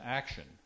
action